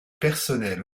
personnel